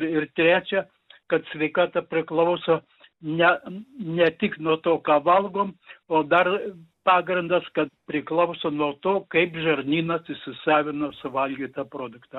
ir trečia kad sveikata priklauso ne ne tik nuo to ką valgom o dar pagrindas kas priklauso nuo to kaip žarnynas įsisavino suvalgytą produktą